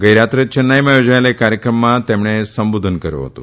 ગઇ રાત્રે ચેન્નાઇમાં યોજાયેલા એક કાર્યક્રમમાં તેમણે સંબોધન કર્યુ હતું